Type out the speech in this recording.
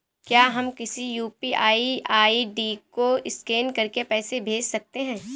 क्या हम किसी यू.पी.आई आई.डी को स्कैन करके पैसे भेज सकते हैं?